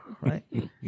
Right